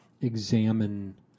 examine